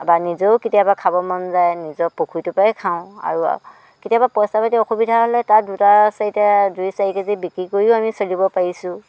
বা নিজেও কেতিয়াবা খাব মন যায় নিজৰ পুখুৰীটোৰ পৰাই খাই আৰু কেতিয়াবা পইচা পাতি অসুবিধা হ'লে তাৰ দুটা চাৰিটা দুই চাৰি কেজি বিক্ৰী কৰিও আমি চলিব পাৰিছোঁ